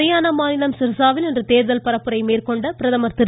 ஹரியானா மாநிலம் சிர்ஸாவில் இன்று தேர்தல் பரப்புரை மேற்கொண்ட பிரதமர் திரு